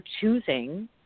choosing